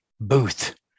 booth